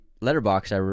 letterbox